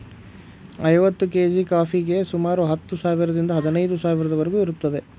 ಐವತ್ತು ಕೇಜಿ ಕಾಫಿಗೆ ಸುಮಾರು ಹತ್ತು ಸಾವಿರದಿಂದ ಹದಿನೈದು ಸಾವಿರದವರಿಗೂ ಇರುತ್ತದೆ